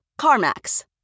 CarMax